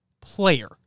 player